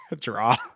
Draw